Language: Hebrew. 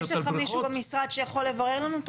יש אצלך מישהו במשרד שיכול לברר לנו?